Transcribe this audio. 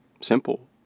Simple